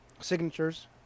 signatures